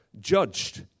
judged